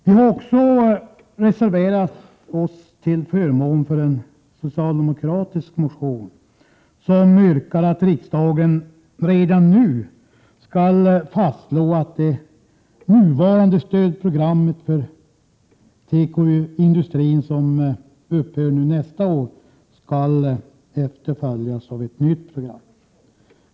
Vi har vidare reserverat oss till förmån för en socialdemokratisk motion i vilken yrkas att riksdagen redan nu skall fastslå att det nuvarande stödprogrammet för tekoindustrin, som upphör nästa år, skall efterföljas av ett nytt program.